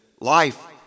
life